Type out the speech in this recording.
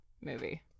movie